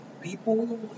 people